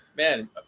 Man